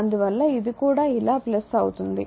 అందువల్ల ఇది కూడా ఇలా అవుతుంది